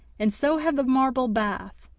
and so had the marble bath,